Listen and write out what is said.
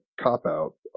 cop-out